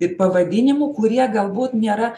ir pavadinimų kurie galbūt nėra